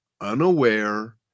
unaware